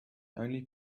only